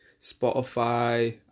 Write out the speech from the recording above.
Spotify